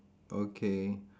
okay